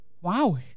wow